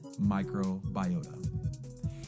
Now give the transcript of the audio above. microbiota